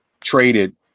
traded